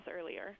earlier